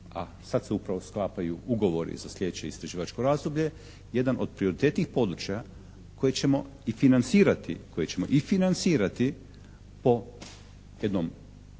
a sad se upravo sklapaju ugovori za sljedeće istraživačko razdoblje. Jedan od prioritetnijih područja koje ćemo i financirati po jednom